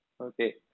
Okay